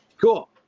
cool